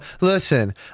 Listen